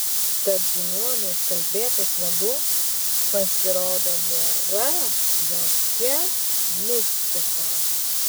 tad žiniuonių užkalbėtas vanduo pasirodo nėra jokia mistika